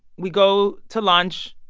we go to lunch.